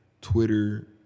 Twitter